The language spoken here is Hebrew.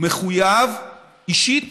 מחויב אישית